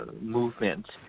movement